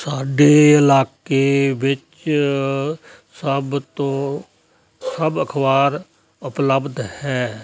ਸਾਡੇ ਇਲਾਕੇ ਵਿੱਚ ਸਭ ਤੋਂ ਸਭ ਅਖ਼ਬਾਰ ਉਪਲਬਧ ਹੈ